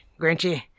Grinchy